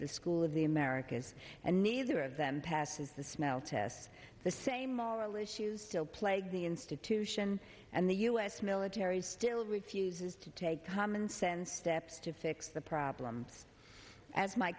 the school of the americas and neither of them passes the smell test the same all issues still plague the institution and the us military still refuses to take commonsense steps to fix the problem as my